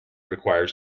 requires